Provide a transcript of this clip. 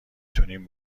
تونیم